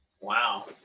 Wow